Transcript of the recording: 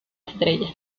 estrella